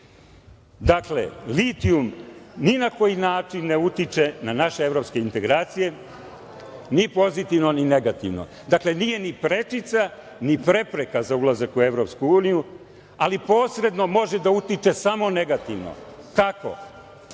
litijum ni na koji način ne utiče na naše evropske integracije, ni pozitivno, ni negativno. Dakle, nije ni prečica, ni prepreka za ulazak EU, ali posredno može da utiče samo negativno. Kako?